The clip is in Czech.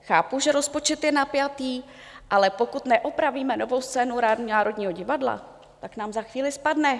Chápu, že rozpočet je napjatý, ale pokud neopravíme Novou scénu Národního divadla, tak nám za chvíli spadne.